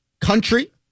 country